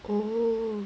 oh